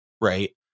right